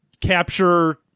capture